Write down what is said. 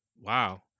Wow